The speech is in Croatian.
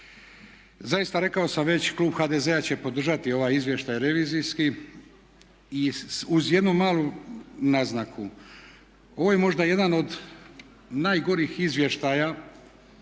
Zaista rekao sam već klub HDZ-a će podržati ovaj izvještaj revizijski i uz jednu malu naznaku. Ovo je možda jedan od najgorih izvještaja